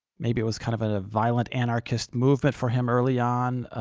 maybe it was kind of a violent anarchist movement for him early on.